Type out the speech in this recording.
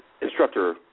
instructor